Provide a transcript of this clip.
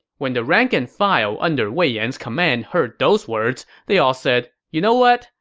when the rank-and-file under wei yan's command heard those words, they all said, you know what?